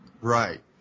Right